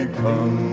come